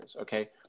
okay